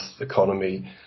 economy